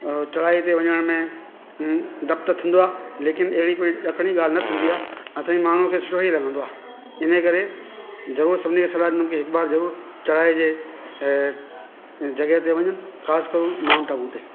चढ़ाई ते वञण में डपु त थींदो आहे लेकिन अहिड़ी कोई डकण जी ॻाल्हि न थींदी आहे अथई माण्हुनि खे सुठो ई लॻंदो आहे इन करे ज़रूर सभिनी खे सलाहु ॾिंदुमि कि हिकु बार ज़रूर चढ़ाई जे ऐं जॻह ते वञनि ख़ासि करे उहे माउंट आबू ते